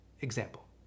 example